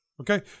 Okay